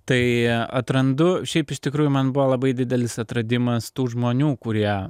tai atrandu šiaip iš tikrųjų man buvo labai didelis atradimas tų žmonių kurie